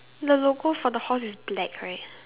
the logo for the horse is black right